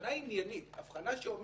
חבר'ה,